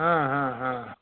ಹಾಂ ಹಾಂ ಹಾಂ